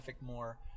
more